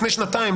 לפני שנתיים,